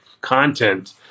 content